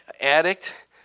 Addict